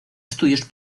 estudios